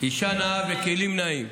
אישה נאה וכלים נאים.